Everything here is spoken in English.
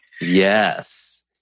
Yes